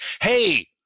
hey